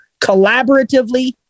collaboratively